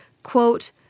quote